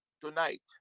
Tonight